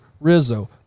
Rizzo